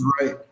right